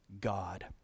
God